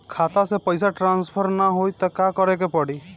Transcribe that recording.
खाता से पैसा टॉसफर ना होई त का करे के पड़ी?